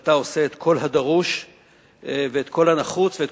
שאתה עושה את כל הדרוש ואת כל הנחוץ ואת